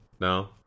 No